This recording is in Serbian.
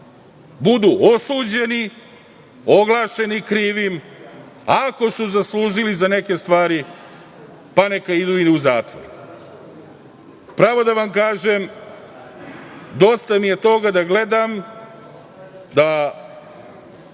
budu osuđeni, oglašeni krivim, a ako su zaslužili za neke stvari neka idu i u zatvor. Pravo da vam kažem, dosta mi je toga da gledam da